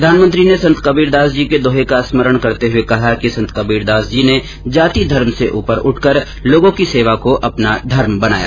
प्रधानमंत्री ने संत कबीरदास जी के दोहे का स्मरण करते हुए कहा कि संत कबीरदास जी ने जाति धर्म से ऊपर उठकर लोगों की सेवा को अपना धर्म बनाया